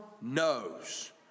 knows